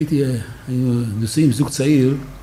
הייתי... נוסעים זוג צעיר